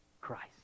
Christ